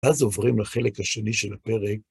אז עוברים לחלק השני של הפרק.